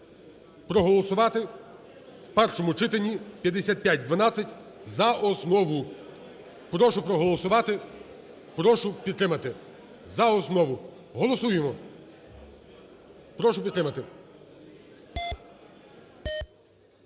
проголосувати в першому читанні 5512 за основу. Прошу проголосувати. Прошу підтримати. За основу. Голосуємо. Прошу підтримати.